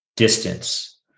distance